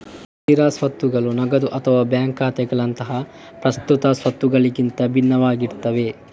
ಸ್ಥಿರ ಸ್ವತ್ತುಗಳು ನಗದು ಅಥವಾ ಬ್ಯಾಂಕ್ ಖಾತೆಗಳಂತಹ ಪ್ರಸ್ತುತ ಸ್ವತ್ತುಗಳಿಗಿಂತ ಭಿನ್ನವಾಗಿರ್ತವೆ